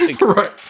Right